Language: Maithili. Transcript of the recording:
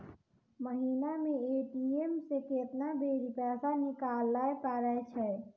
महिना मे ए.टी.एम से केतना बेरी पैसा निकालैल पारै छिये